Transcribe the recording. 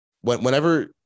whenever